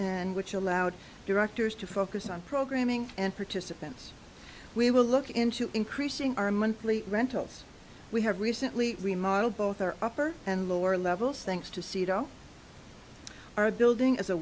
and which allowed directors to focus on programming and participants we will look into increasing our monthly rentals we have recently remodeled both our upper and lower levels thanks to sido our building as a